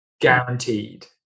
Guaranteed